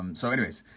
um so anyways,